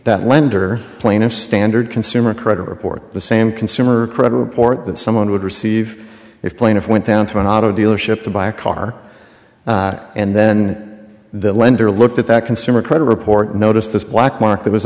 that lender plaintiff standard consumer credit report the same consumer credit report that someone would receive if plaintiff went down to an auto dealership to buy a car and then the lender looked at that consumer credit report and noticed this black mark that was